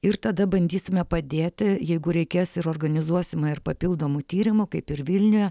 ir tada bandysime padėti jeigu reikės ir organizuosim ir papildomų tyrimų kaip ir vilniuje